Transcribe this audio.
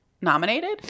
nominated